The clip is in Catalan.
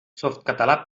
softcatalà